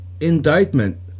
Indictment